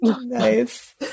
Nice